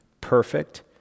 perfect